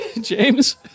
James